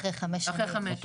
אחרי חמש שנים.